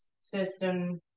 system